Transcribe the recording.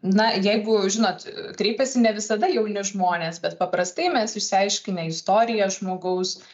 na jeigu žinot kreipiasi ne visada jauni žmonės bet paprastai mes išsiaiškinę istoriją žmogaus